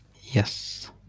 Yes